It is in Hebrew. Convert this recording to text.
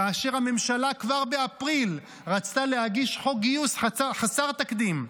כאשר הממשלה כבר באפריל רצתה להגיש חוק גיוס חסר תקדים.